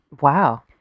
Wow